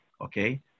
Okay